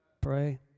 pray